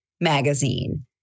magazine